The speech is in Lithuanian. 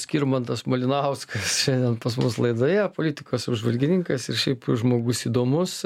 skirmantas malinauskas šiandien pas mus laidoje politikos apžvalgininkas ir šiaip žmogus įdomus